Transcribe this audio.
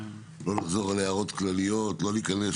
לא לחזור על הערות כלליות, לא להיכנס